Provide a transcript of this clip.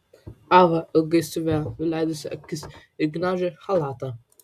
ava ilgai stovėjo nuleidusi akis ir gniaužė chalatą